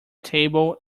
table